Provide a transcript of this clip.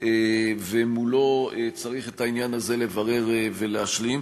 ומולו צריך את העניין הזה לברר ולהשלים.